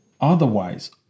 otherwise